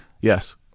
yes